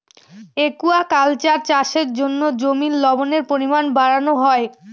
aquaculture চাষের জন্য জমির লবণের পরিমান বাড়ানো হয়